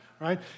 right